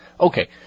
Okay